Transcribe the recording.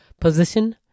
position